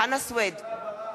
ראש הממשלה ברח.